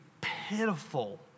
pitiful